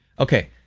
okay,